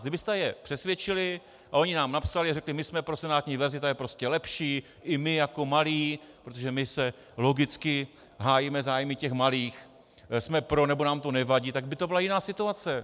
Kdybyste je přesvědčili a oni nám napsali a řekli: my jsme pro senátní verzi, ta je prostě lepší, i my jako malí protože my se logicky hájíme zájmy těch malých jsme pro nebo nám o nevadí, tak by to byla jiná situace.